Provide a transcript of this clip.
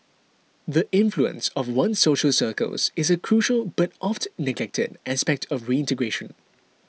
the influence of one's social circles is a crucial but oft neglected aspect of reintegration